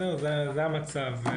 זה המצב.